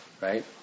Right